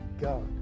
God